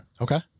Okay